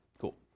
Cool